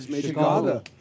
Chicago